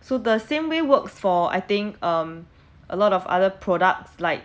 so the same way works for I think um a lot of other products like